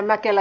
kiitos